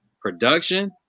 production